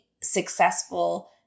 successful